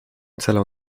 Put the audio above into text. celu